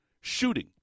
Shooting